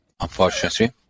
unfortunately